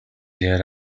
head